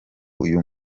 uyu